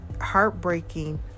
heartbreaking